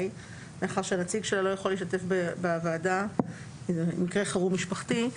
מאחר שהנציג שלה לא יכול להשתתף בוועדה בגלל מקרה חירום משפחתי.